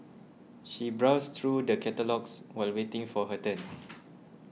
she browsed through the catalogues while waiting for her turn